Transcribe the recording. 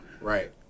Right